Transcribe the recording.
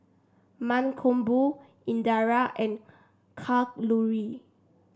Mankombu Indira and Kalluri